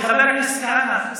חבר הכנסת כהנא.